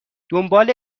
دنبال